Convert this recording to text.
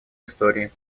истории